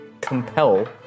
compel